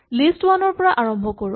list one ৰ পৰা আৰম্ভ কৰোঁ